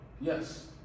Yes